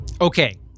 Okay